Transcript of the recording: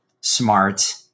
smart